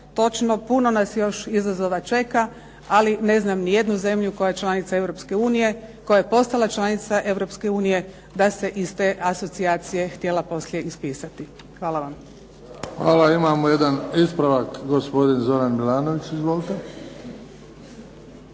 Točno, puno nas još izazova čeka ali ne znam nijednu zemlju koja je članica Europske unije, koja je postala članica Europske unije da se iz te asocijacije htjela poslije ispisati. Hvala vam. **Bebić, Luka (HDZ)** Hvala. Imamo jedan ispravak. Gospodin Zoran Milanović. Izvolite.